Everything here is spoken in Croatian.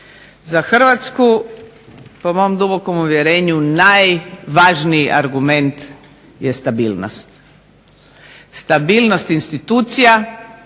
za Hrvatsku, po mom dubokom uvjerenju, najvažniji argument je stabilnost. Stabilnost institucija